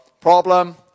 problem